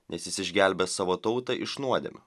nes jis išgelbės savo tautą iš nuodėmių